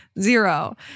zero